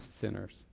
sinners